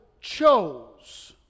chose